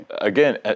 again